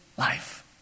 life